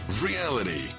Reality